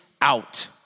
out